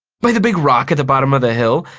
by the big rock at the bottom of the hill.